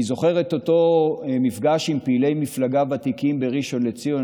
אני זוכר את אותו מפגש עם פעילי מפלגה ותיקים בראשון לציון,